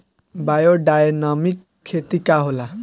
Biodynamic खेती का होला?